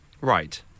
Right